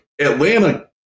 Atlanta